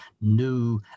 new